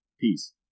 Peace